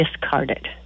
discarded